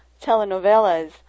telenovelas